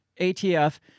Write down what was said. ATF